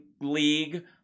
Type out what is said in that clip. league